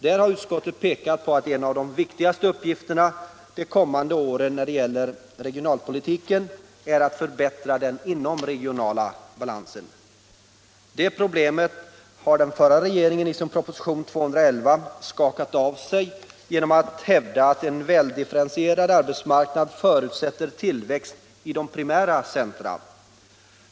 Där har utskottet pekat på att en av de viktigaste uppgifterna de kommande åren när det gäller regionalpolitiken är att förbättra den inomregionala balansen. Det problemet har den förra regeringen i sin proposition 211 skakat av sig genom att hävda att en väldifferentierad arbetsmarknad förutsätter tillväxt i de primära centra.